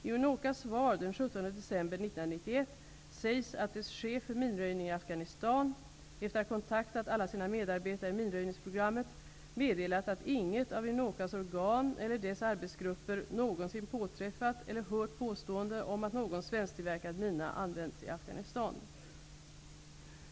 I Unocas svar den 17 december 1991 sägs att dess chef för minröjningen i Afghanistan, efter att ha kontaktat alla sina medarbetare i minröjningsprogrammet, meddelat att ''inget av Unocas organ eller dess arbetsgrupper någonsin påträffat eller hört påståenden om att någon svensktillverkad mina använts i Afghanistan''.